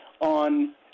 on